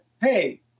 hey